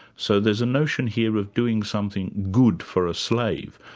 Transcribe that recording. so there's a notion here of doing something good for a slave,